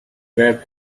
web